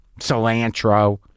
cilantro